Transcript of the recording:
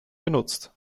genutzt